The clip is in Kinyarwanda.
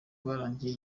rwarangiye